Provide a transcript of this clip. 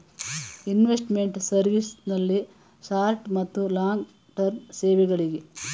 investment service ನಲ್ಲಿ short ಮತ್ತು long term ಸೇವೆಗಳಿಗೆ